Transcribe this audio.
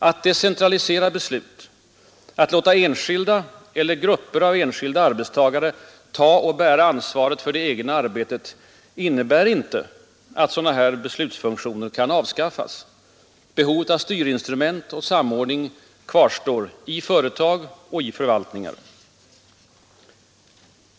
Att decentralisera beslut, att låta enskilda eller grupper av enskilda arbetstagare ta och bära ansvaret för det egna arbetet, innebär inte att sådana beslutsfunktioner kan avskaffas. Behovet av styrinstrument och samordning kvarstår — i företag och i förvaltningar.